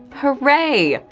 hooray!